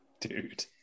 Dude